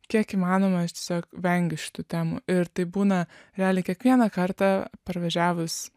kiek įmanoma tiesiog vengiu šitų temų ir taip būna realiai kiekvieną kartą parvažiavus